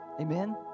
Amen